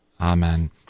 Amen